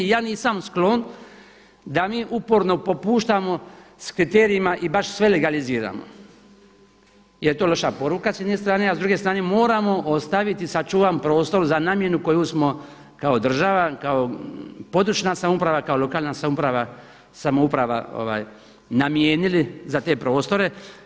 Ja nisam sklon da mi uporno popuštamo s kriterijima i baš sve legaliziramo, jer je to loša poruka s jedne strane, a s druge strane moramo ostaviti sačuvan prostor za namjenu koju smo kao država, kao područna samouprava, kao lokalna samouprava namijenili za te prostore.